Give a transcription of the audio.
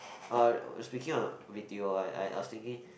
uh speaking of b_t_o I I was thinking